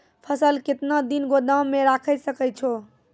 फसल केतना दिन गोदाम मे राखै सकै छौ?